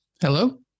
Hello